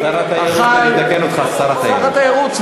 אני מתקן אותך: שר התיירות.